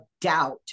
doubt